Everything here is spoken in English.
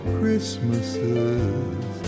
Christmases